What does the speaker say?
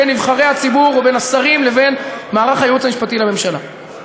בין נבחרי הציבור ובין השרים לבין מערך הייעוץ המשפטי לממשלה.